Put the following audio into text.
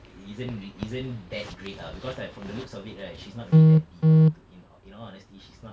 isn't rea~ isn't that great ah because like from the looks of it right she's not really that deep ah to in in all honesty she's not